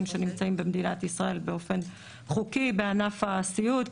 שנמצאים במדינת ישראל באופן חוקי בענף הסיעוד.